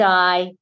die